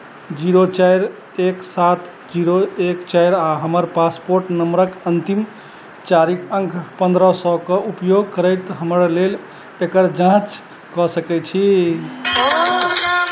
zero चारि एक सात जीरो एक चारि आओर हमर पासपोर्ट नम्बरके अन्तिम चारि अङ्क पनरह सओके उपयोग करैत हमर लेल एकर जाँच कऽ सकै छी